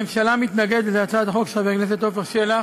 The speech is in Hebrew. הממשלה מתנגדת להצעת החוק של חבר הכנסת עפר שלח,